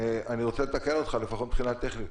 אני רוצה לתקן אותך לפחות מבחינה טכנית,